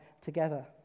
together